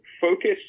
focus